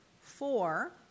Four